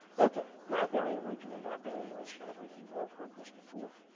ok. not very original, not very earth shattering, you've all heard this before.